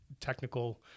technical –